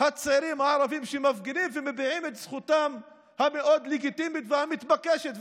הצעירים הערבים שמפגינים ומביעים את זכותם המאוד-לגיטימית והמתבקשת,